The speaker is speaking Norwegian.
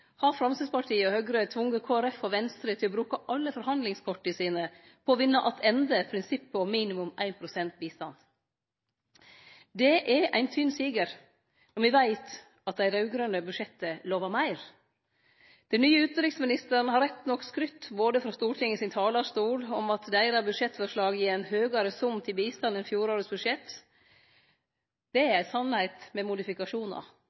har Framstegspartiet og Høgre tvunge Kristeleg Folkeparti og Venstre til å bruke alle forhandlingskorta sine på å vinne attende prinsippet om minimum 1 pst. til bistand. Det er ein tynn siger når me veit at det raud-grøne budsjettet lova meir. Den nye utanriksministaren har rett nok skrytt frå Stortingets talarstol om at deira budsjettforslag gjev ein høgare sum til bistand enn fjorårets budsjett. Det er ei sanning med modifikasjonar.